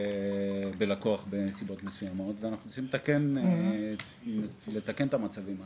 בלקוח בנסיבות מסוימות ואנחנו צריכים לתקן את המצבים האלה.